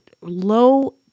low